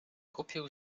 kupił